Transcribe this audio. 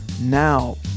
now